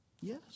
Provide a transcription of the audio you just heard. Yes